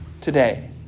today